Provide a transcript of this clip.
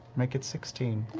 make it sixteen.